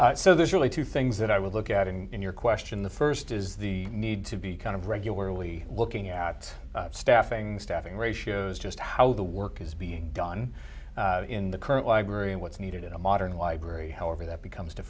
david so there's really two things that i would look at in your question the first is the need to be kind of regularly looking at staffing staffing ratios just how the work is being done in the current library and what's needed in a modern library however that